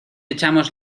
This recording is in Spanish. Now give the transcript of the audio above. echamos